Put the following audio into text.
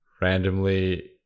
randomly